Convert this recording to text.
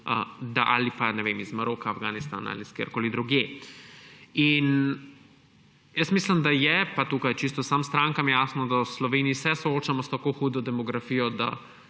vem, iz Maroka, Afganistana ali od kjerkoli drugje. Mislim, da je pa tukaj čisto vsem strankam jasno, da v Sloveniji se soočamo s tako hudo demografijo,